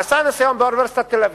נעשה ניסיון באוניברסיטת תל-אביב.